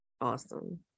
Awesome